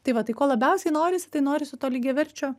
tai va tai ko labiausiai norisi tai norisi to lygiaverčio